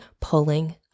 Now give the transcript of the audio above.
pulling